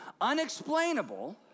Unexplainable